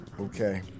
Okay